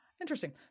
interesting